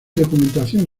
documentación